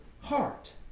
heart